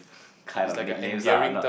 kind of nicknames lah not